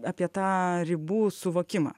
apie tą ribų suvokimą